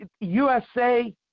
USA